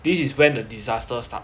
this is when the disaster start